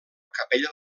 capella